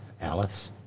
Alice